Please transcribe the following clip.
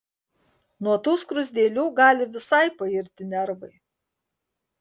nuo tų skruzdėlių gali visai pairti nervai